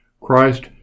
Christ